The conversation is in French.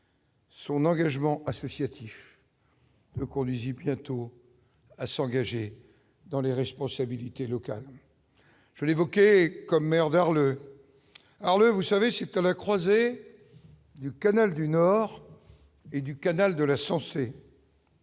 Son engagement associatif. Le conduisit bientôt à s'engager dans les responsabilités locales, je l'évoquais commet vers le alors là, vous savez, c'est à la croisée du canal du Nord et du canal de la.